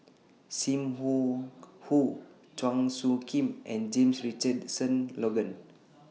SIM Wong Hoo Chua Soo Khim and James Richardson Logan